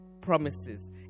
promises